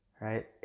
Right